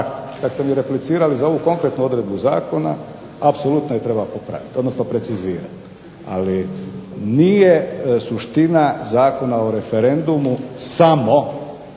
kada ste mi replicirali za ovu konkretnu odredbu zakona apsolutno je treba precizirati ali nije suština Zakona o referendumu samo